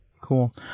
cool